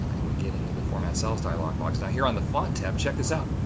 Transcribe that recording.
and we get into the format cells dialog box. now, here on the font tab, check this out.